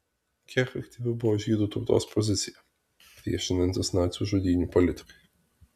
kiek aktyvi buvo žydų tautos pozicija priešinantis nacių žudynių politikai